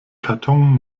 karton